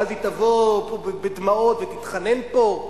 ואז היא תבוא בדמעות ותתחנן פה?